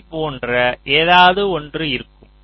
இதைப் போன்ற ஏதாவது ஒன்று இருக்கம்